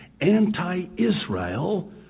anti-Israel